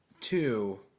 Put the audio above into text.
Two